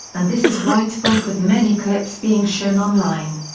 and this is widespread with many clips being shown online.